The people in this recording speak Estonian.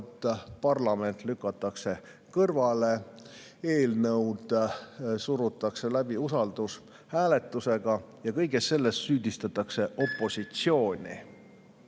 Parlament lükatakse kõrvale, eelnõud surutakse läbi usaldushääletusega ja kõiges selles süüdistatakse opositsiooni.